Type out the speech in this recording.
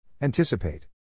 Anticipate